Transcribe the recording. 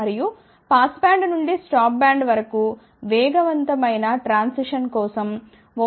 మరియు pass band నుండి stop band వరకు వేగవంతమైన ట్రాన్సిషన్ కోసం1c 1